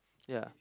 ya